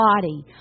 body